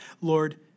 Lord